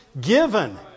given